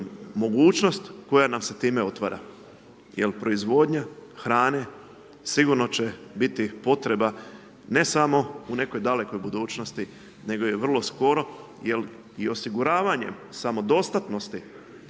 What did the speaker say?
mogućnost koja nam se time otvara jer proizvodnja hrane sigurno će biti potreba ne samo u nekoj dalekoj budućnosti nego i vrlo skoro jer i osiguravanjem samodostatnosti,